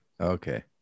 Okay